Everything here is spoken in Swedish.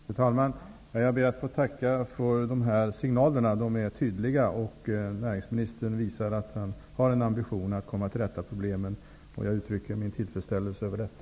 Fru talman! Jag ber att få tacka för dessa signaler. De är tydliga. Näringsministern visar att han har en ambition att komma till rätta med problemen. Jag uttrycker min tillfredsställelse över detta.